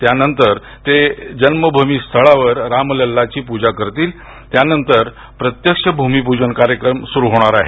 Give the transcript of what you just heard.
त्यानंतर ते जन्मभूमी स्थळावर राम लल्लाची पूजा करतील त्यानंतर प्रत्यक्ष भूमिपूजन कार्यक्रम होणार आहे